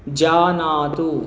जानातु